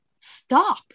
stop